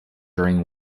during